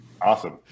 awesome